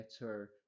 better